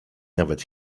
nawet